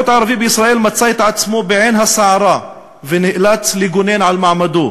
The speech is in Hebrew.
המיעוט הערבי בישראל מצא את עצמו בעין הסערה ונאלץ להגן על מעמדו,